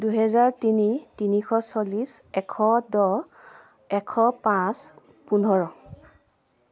দুহেজাৰ তিনি তিনিশ চল্লিছ এশ দহ এশ পাঁচ পোন্ধৰ